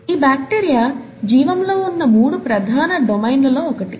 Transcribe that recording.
ఈ బాక్టీరియా జీవం లో ఉన్న మూడు ప్రధాన డొమైన్లలో ఒకటి